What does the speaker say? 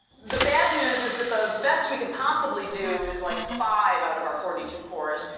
the bad news is that the best we can possibly do is like five out of our forty two cores,